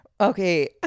okay